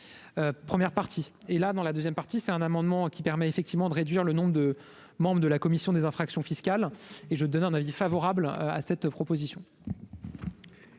première partie et, là, dans la 2ème partie c'est un amendement qui permet effectivement de réduire le nombre de membres de la commission des infractions fiscales et je donne un avis favorable à cette proposition.